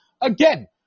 again